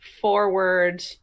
forward